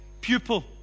pupil